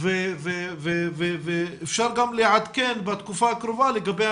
וצריך לטפל בו בצורה יסודית ומהירה.